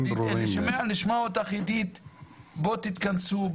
אני שומע אותך אומרת בואו תתכנסו,